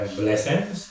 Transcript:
blessings